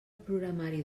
programari